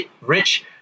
rich